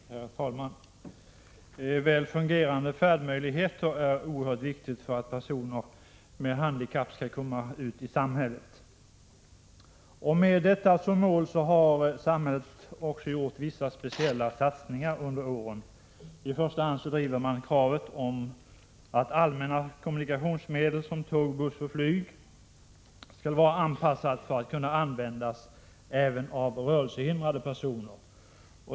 Herr talman! Väl fungerande färdmöjligheter är oerhört viktiga för att personer med handikapp skall kunna komma ut i samhället. Med detta som mål har också samhället gjort vissa, speciella satsningar under åren. I första hand driver man kravet om att allmänna kommunikationsmedel såsom tåg, buss och flyg skall vara anpassade för att kunna användas även av rörelsehindrade personer.